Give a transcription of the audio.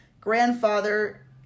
grandfather